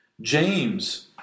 James